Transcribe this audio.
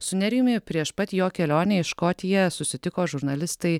su nerijumi prieš pat jo kelionę į škotiją susitiko žurnalistai